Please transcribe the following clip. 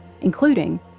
including